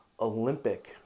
Olympic